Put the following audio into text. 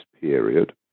period